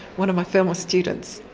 one of my former students.